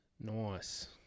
Nice